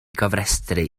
gofrestru